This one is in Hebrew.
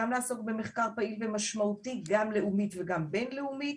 גם לעסוק במחקר פעיל ומשמעותי גם לאומית וגם בין לאומית